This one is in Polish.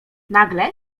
nagle